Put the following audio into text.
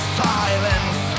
silence